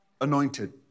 anointed